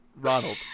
ronald